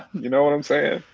you know what i'm saying?